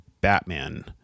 Batman